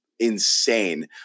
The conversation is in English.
insane